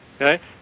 okay